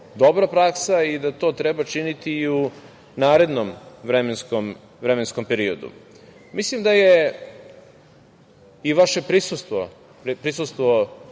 dobra praksa i da to treba činiti i u narednom vremenskom periodu. Mislim da je i vaše prisustvo,